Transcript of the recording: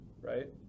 right